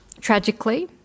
tragically